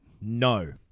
No